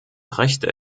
rechte